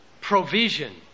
provision